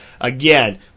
again